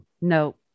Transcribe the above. no